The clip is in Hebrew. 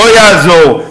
לא יעזור.